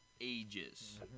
ages